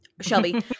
Shelby